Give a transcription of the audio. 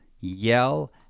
yell